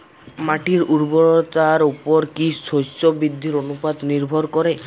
মাটির উর্বরতার উপর কী শস্য বৃদ্ধির অনুপাত নির্ভর করে?